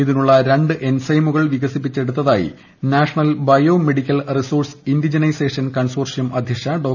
ഇതിനുള്ള രണ്ട് എൻസൈമുകൾ വികസിപ്പിച്ചെടുത്തായി national bio medical resource indigenisation consortium അദ്ധ്യക്ഷ ഡോ